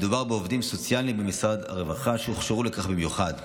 מדובר בעובדים סוציאליים במשרד הרווחה שהוכשרו לכך במיוחד.